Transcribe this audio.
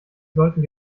sollten